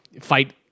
fight